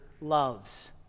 loves